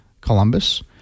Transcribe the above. Columbus